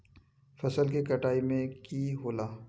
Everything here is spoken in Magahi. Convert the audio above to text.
फसल के कटाई में की होला?